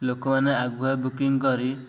ଲୋକମାନେ ଆଗୁଆ ବୁକିଂ କରି